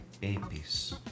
babies